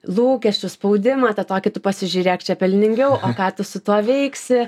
lūkesčius spaudimą tą tokį tu pasižiūrėk čia pelningiau o ką tu su tuo veiksi